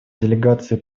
делегации